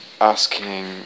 asking